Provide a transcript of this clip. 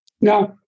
Now